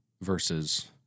versus